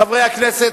חברי הכנסת,